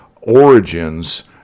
origins